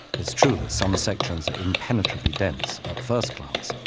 it's true that some sections are impenetrably dense at first glance,